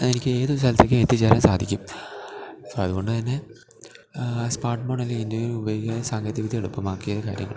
എനിക്കേതൊരു സ്ഥലത്തേക്കും എത്തിച്ചേരാന് സാധിക്കും അത്കൊണ്ട് തന്നെ സ്പാര്ട്ട്മോണ് അല്ലേൽ എൻ്റെയൊരു സാങ്കേതികവിദ്യ എളുപ്പമാക്കിയ കാര്യം